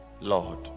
Lord